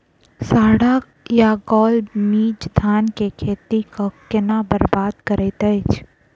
साढ़ा या गौल मीज धान केँ खेती कऽ केना बरबाद करैत अछि?